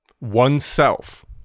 oneself